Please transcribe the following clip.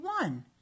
one